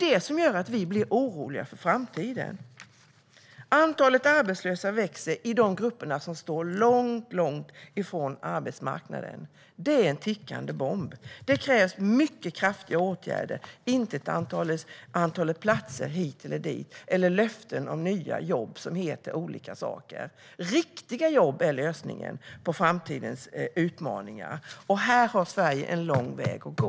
Det gör att vi blir oroliga för framtiden. Antalet arbetslösa växer i de grupper som står långt ifrån arbetsmarknaden. Det är en tickande bomb. Det krävs mycket kraftiga åtgärder. Det handlar inte om ett antal platser hit eller dit eller om löften om nya jobb som heter olika saker. Riktiga jobb är lösningen på framtidens utmaningar, och här har Sverige lång väg att gå.